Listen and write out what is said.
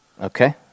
Okay